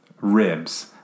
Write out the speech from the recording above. ribs